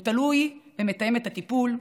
הוא תלוי במתאמת הטיפול,